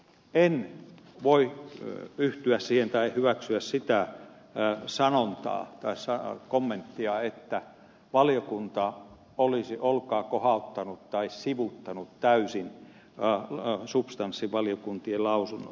en voi yhtyä siihen tai hyväksyä sitä kommenttia että valiokunta olisi olkaa kohauttanut tai sivuuttanut täysin substanssivaliokuntien lausunnot